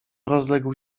rozległ